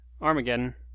Armageddon